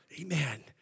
Amen